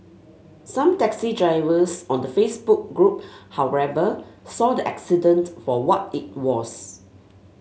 some taxi drivers on the Facebook group however saw the accident for what it was